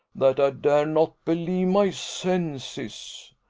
that i dare not believe my senses.